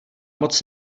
moc